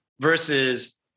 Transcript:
Versus